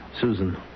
Susan